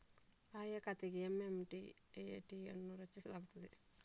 ಆಯಾ ಖಾತೆಗೆ ಎಮ್.ಎಮ್.ಐ.ಡಿ ಅನ್ನು ರಚಿಸಲಾಗುತ್ತದೆ